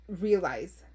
realize